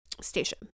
station